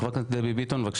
חברת הכנסת צרפתי הרכבי, בבקשה.